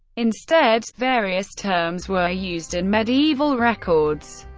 instead, various terms were used in medieval records,